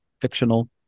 fictional